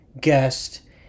guest